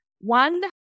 one